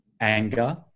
anger